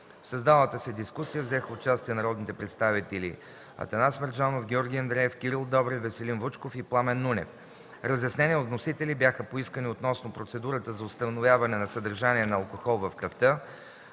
създалата се дискусия взеха участие народните представители Атанас Мерджанов, Георги Андреев, Кирил Добрев, Веселин Вучков и Пламен Нунев. Разяснения от вносителя бяха поискани относно процедурата за установяване на съдържание на алкохол в кръвта;